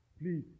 please